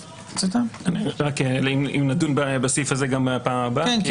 נדון בסעיף הזה גם בפעם הבאה?